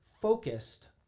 focused